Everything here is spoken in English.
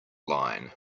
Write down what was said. line